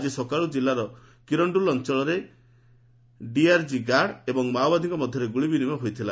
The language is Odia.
ଆଜି ସକାଳୁ ଜିଲ୍ଲାର କିରଣ୍ଟୁଲ୍ ଅଞ୍ଚଳରେ କିଲ୍ଲା ରିଜର୍ଭ ଗାର୍ଡ଼ ଏବଂ ମାଓବାଦୀଙ୍କ ମଧ୍ୟରେ ଗୁଳି ବିନିମୟ ହୋଇଥିଲା